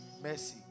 mercy